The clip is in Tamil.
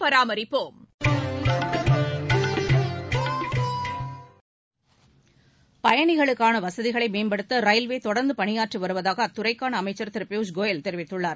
பயணிகளுக்கான வசதிகளை மேம்படுத்த ரயில்வே தொடர்ந்து பணியாற்றி வருவதாக அத்துறைக்கான அமைச்சர் திரு பியூஷ் கோயல் தெரிவித்துள்ளார்